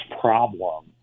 problem